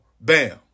bam